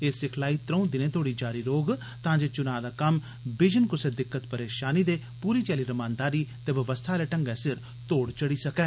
एह् सिखलाई त्र'ऊं दिनें तोह्ड़ी जारी रौह्ग तां जे चुनां दा कम्म बिजन कुसै दिक्कत परेशानी दे ते पूरी चाल्ली रमानदारी ते व्यवस्था आह्ले ढंगै सिर तोड़ चढ़ी सकै